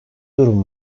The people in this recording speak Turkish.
durum